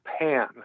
pan